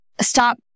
stop